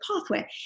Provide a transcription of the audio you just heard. pathway